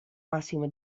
massima